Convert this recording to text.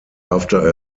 after